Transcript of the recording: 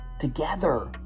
together